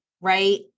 right